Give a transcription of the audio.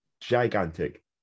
gigantic